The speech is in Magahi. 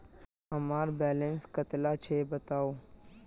हमार बैलेंस कतला छेबताउ?